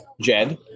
Jed